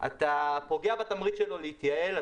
אתה פוגע בתמריץ שלו להתייעל,